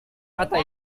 kata